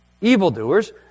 Evildoers